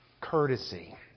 courtesy